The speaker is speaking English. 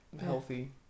healthy